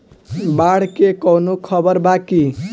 बाढ़ के कवनों खबर बा की?